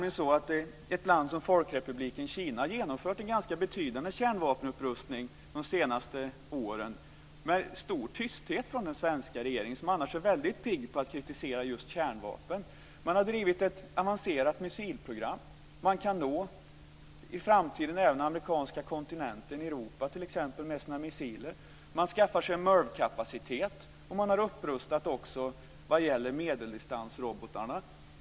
Ett land som Folkrepubliken Kina har genomfört en ganska betydande kärnvapenupprustning de senaste åren med stor tysthet från den svenska regeringen, som annars är väldigt pigg på att kritisera just kärnvapen. Man har drivit ett avancerat missilprogram. Man kan i framtiden nå även den amerikanska kontinenten och Europa med sina missiler. Man har skaffat sig en MIRV kapacitet, och man har upprustat också vad gäller medeldistansrobotarna.